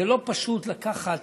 זה לא פשוט לקחת